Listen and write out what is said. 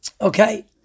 Okay